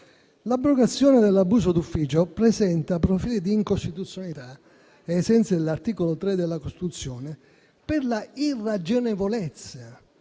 l'abrogazione dell'abuso d'ufficio presenta profili di incostituzionalità, ai sensi dell'articolo 3 della Costituzione, per l'irragionevolezza